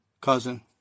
Cousin